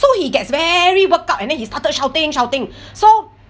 so he gets very workout and then he started shouting shouting so